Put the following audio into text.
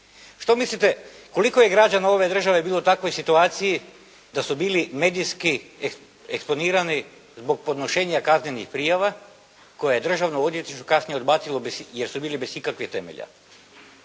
Što mislite koliko je građana ove države bilo u takvoj situaciji da su bili medijski eksponirani zbog podnošenja kaznenih prijava koje je Državno odvjetništvo kasnije odbacilo jer su bili bez ikakvih temelja.